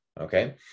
okay